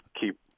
keep